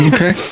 Okay